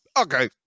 okay